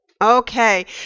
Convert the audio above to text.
okay